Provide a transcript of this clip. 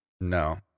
No